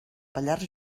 pallars